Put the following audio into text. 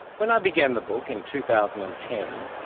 when i began the book in two thousand and ten,